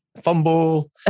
Fumble